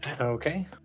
Okay